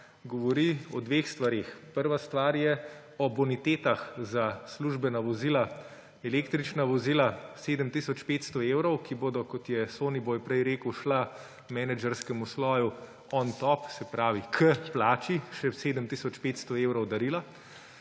govori o dveh stvareh. Prva stvar je o bonitetah za službena vozila, električna vozila, 7 tisoč 500 evrov, ki bodo, kot je Soniboj prej rekel, šla menedžerskemu sloju on top; se pravi k plači še 7 tisoč 500 evrov darila.